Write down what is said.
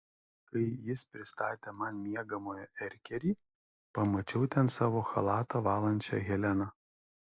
kai jis pristatė man miegamojo erkerį pamačiau ten savo chalatą valančią heleną